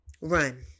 run